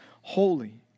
holy